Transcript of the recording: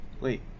Wait